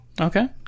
okay